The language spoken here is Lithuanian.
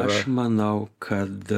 aš manau kad